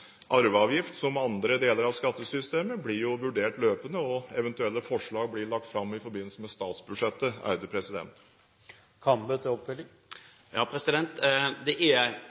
arveavgift, som andre deler av skattesystemet, blir vurdert løpende, og eventuelle forslag blir lagt fram i forbindelse med statsbudsjettet.